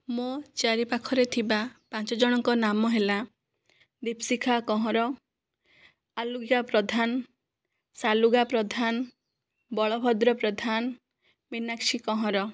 ମୋ ଚାରିପାଖରେ ଥିବା ପାଞ୍ଚଜଣଙ୍କ ନାମ ହେଲା ଦୀପଶିଖା କହଁର ଆଲୁଜା ପ୍ରଧାନ ସାଲୁଗା ପ୍ରଧାନ ବଳଭଦ୍ର ପ୍ରଧାନ ମିନାକ୍ଷୀ କହଁର